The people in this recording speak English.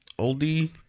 oldie